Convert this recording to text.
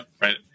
right